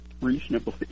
reasonably